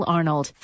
Arnold